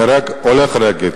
נהרג הולך רגל,